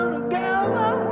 together